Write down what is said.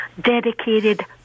dedicated